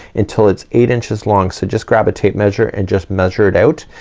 until it's eight inches long. so just grab a tape measure, and just measure it out,